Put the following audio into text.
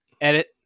Edit